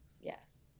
Yes